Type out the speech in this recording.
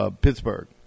Pittsburgh